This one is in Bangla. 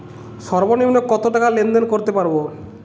সর্বনিম্ন কত টাকা লেনদেন করতে পারবো?